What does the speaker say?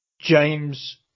James